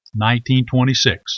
1926